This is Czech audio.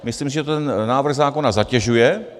Myslím, že to ten návrh zákona zatěžuje.